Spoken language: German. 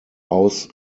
aus